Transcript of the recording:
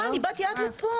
כל הנושא של מחליפים.